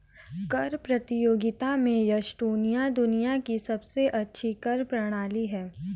कर प्रतियोगिता में एस्टोनिया दुनिया की सबसे अच्छी कर प्रणाली है